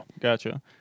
Gotcha